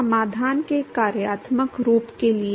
तो समाधान के कार्यात्मक रूप के लिए